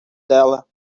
dela